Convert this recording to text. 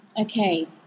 Okay